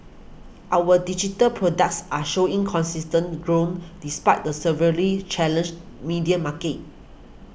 our digital products are showing consistent growth despite the severely challenged media market